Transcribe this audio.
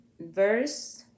verse